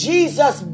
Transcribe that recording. Jesus